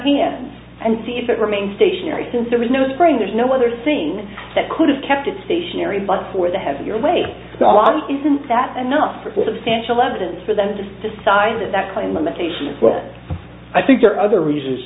hand and see if it remained stationary since there was no spring there's no other thing that could have kept it stationary but for the have it your way along isn't that enough for substantial evidence for them to decide that that plane limitation is what i think there are other reasons